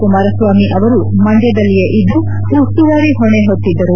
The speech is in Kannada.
ಕುಮಾರಸ್ವಾಮಿ ಅವರು ಮಂಡ್ಯದಲ್ಲಿಯೇ ಇದ್ದು ಉಸ್ತುವಾರಿ ಹೊಣೆ ಹೊತ್ತಿದ್ದರು